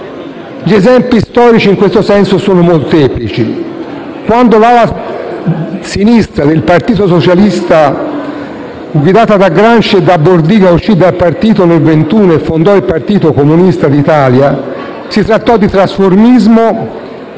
Gli esempi storici in questo senso sono molteplici. Senatore Calderoli, quando l'ala sinistra del Partito Socialista, guidata da Gramsci e da Bordiga, uscì dal partito nel 1921 e fondò il Partito Comunista d'Italia, si trattò di trasformismo